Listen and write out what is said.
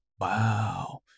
Wow